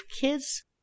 kids